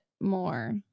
more